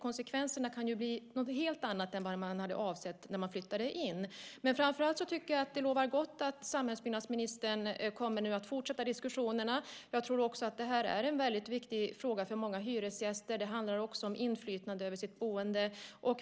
Konsekvenserna kan bli helt andra än vad man hade avsett när man flyttade in. Jag tycker att det lovar gott att samhällsbyggnadsministern kommer att fortsätta diskussionerna. Jag tror att det här är en väldigt viktig fråga för många hyresgäster. Det handlar om inflytande över boendet.